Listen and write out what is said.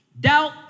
Doubt